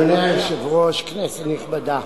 אדוני היושב-ראש, כנסת נכבדה,